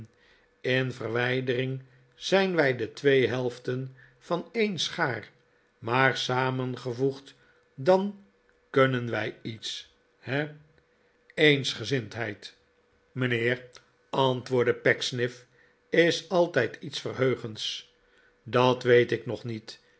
in verwijdering zijn wij de twee helften van een schaar maar samengevoegd dan kunnen wij iets he eensgezindheid mijnheer antwoordde pecksniff is altijd iets verheugends dat weet ik nog niet